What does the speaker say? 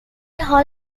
hall